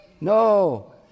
No